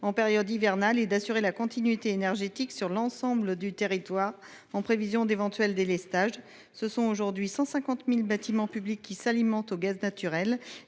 en période hivernale et d’assurer la continuité énergétique sur l’ensemble du territoire en prévision d’éventuels délestages. Aujourd’hui, 150 000 bâtiments publics qui s’alimentent au gaz naturel